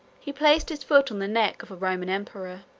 he placed his foot on the neck of a roman emperor.